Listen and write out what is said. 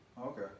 Okay